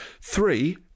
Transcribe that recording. Three